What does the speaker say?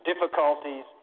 difficulties